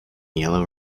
yellow